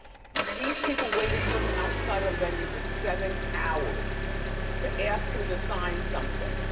these people waited for him outside of the venue for seven hours to ask him to sign something.